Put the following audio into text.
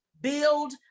Build